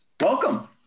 welcome